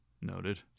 noted